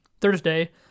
Thursday